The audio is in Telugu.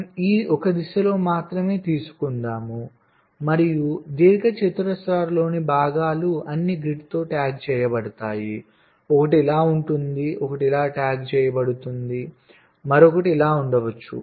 మనం ఒక దిశలో మాత్రమే తీసుకుందాం మరియు దీర్ఘచతురస్రాల్లోని భాగాలు అన్నీ గ్రిడ్తో ట్యాగ్ చేయబడతాయి ఒకటి ఇలా ఉంటుంది ఒకటి ఇలా ట్యాగ్ చేయబడింది మరొకటి ఇలా ఉండవచ్చు